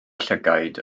llygaid